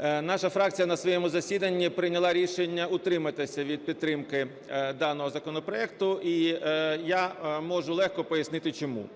наша фракція на своєму засіданні прийняла рішення утриматися від підтримки даного законопроекту. І я можу легко пояснити чому.